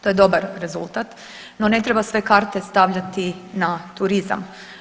To je dobar rezultat, no ne treba sve karte stavljati na turizam.